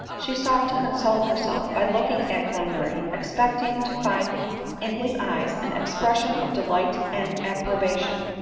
she sought to console herself by looking at glenmurray, expecting to find in his eyes an expression of delight and approba tion.